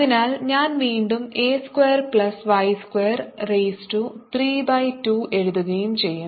അതിനാൽ ഞാൻ വീണ്ടും a square plus y square raise to 3 by 2എഴുതുകയും ചെയ്യും